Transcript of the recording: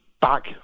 back